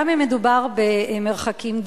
גם אם מדובר במרחקים דומים.